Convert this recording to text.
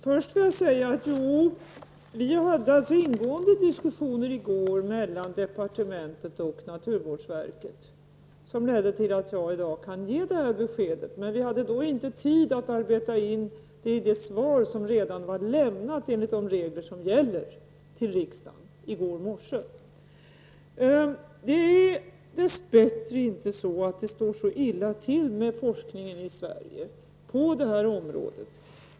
Herr talman! Jo, vi hade ingående diskussioner i går mellan departementet och naturvårdsverket, som ledde till att jag i dag kan ge det här beskedet. Men vi hade inte tid att arbeta in det i det svar som enligt de regler som gäller redan var lämnat till riksdagen — det lämnades i går morse. Det står dess bättre inte så illa till med forskningen i Sverige på det här området.